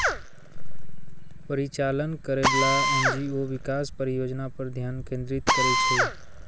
परिचालन करैबला एन.जी.ओ विकास परियोजना पर ध्यान केंद्रित करै छै